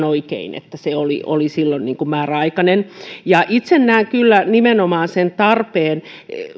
oikein että se oli oli silloin määräaikainen itse näen kyllä nimenomaan sen tarpeen